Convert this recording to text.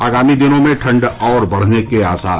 आगामी दिनों में ठण्ड और बढ़ने के आसार